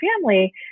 family